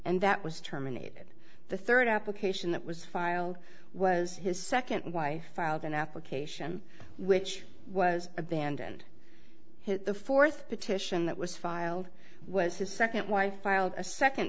and that was terminated the third application that was filed was his second wife filed an application which was abandoned his the fourth petition it was filed was his second wife filed a second